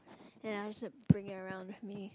and I should bring around with me